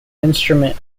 instrument